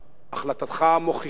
החלטתך מוכיחה